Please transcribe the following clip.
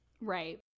Right